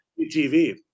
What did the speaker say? TV